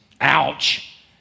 Ouch